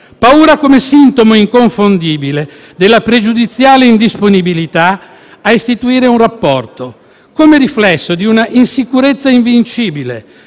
paura come sintomo inconfondibile della pregiudiziale indisponibilità a istituire un rapporto, come riflesso di una insicurezza invincibile,